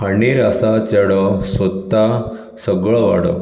हांडीर आसा चेडो सोदता सगळो वाडो